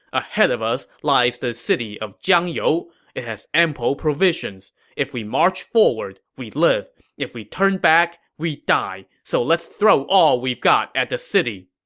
ahead of us lies the city of jiangyou. it has ample provisions. if we march forward, we live. if we turn back, we die. so let's throw all we've got at the city.